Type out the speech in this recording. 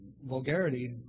vulgarity